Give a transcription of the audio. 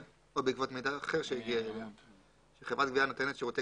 או בעקבות מידע אחר שהגיע אליה שחברת גבייה נותנת שירותי